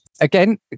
Again